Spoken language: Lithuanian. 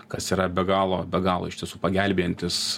kas yra be galo be galo iš tiesų pagelbėjantis